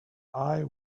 eye